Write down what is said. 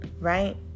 right